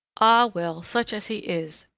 ah! well, such as he is,